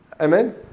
Amen